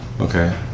Okay